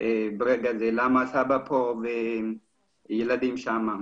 ברגע זה ולשאול למה הסבא שם והילדים שלו שם.